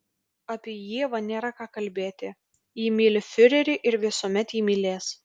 apie ievą nėra ką kalbėti ji myli fiurerį ir visuomet jį mylės